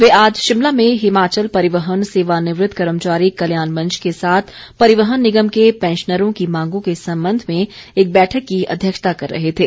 वे आज शिमला में हिमाचल परिवहन सेवानिवृत कर्मचारी कल्याण मंच के साथ परिवहन निगम के पैंशनरों की मांगों के संबंध में एक बैठक की अध्यक्षता कर रहे थे